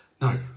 No